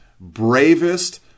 bravest